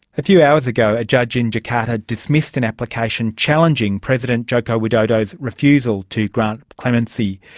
a few hours ago a judge in jakarta dismissed an application challenging president joko widodo's refusal to grant clemency.